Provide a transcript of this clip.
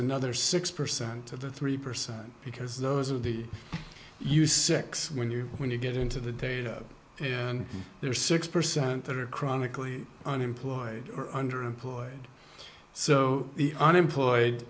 another six percent to the three percent because those are the you six when you when you get into the day and there are six percent that are chronically unemployed or underemployed so the unemployed